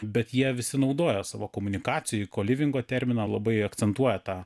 bet jie visi naudoja savo komunikacijoj kolivingo terminą labai akcentuoja tą